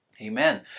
Amen